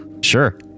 Sure